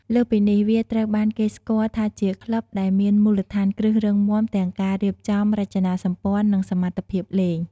លើសពីនេះវាត្រូវបានគេស្គាល់ថាជាក្លឹបដែលមានមូលដ្ឋានគ្រឹះរឹងមាំទាំងការរៀបចំរចនាសម្ព័ន្ធ និងសមត្ថភាពលេង។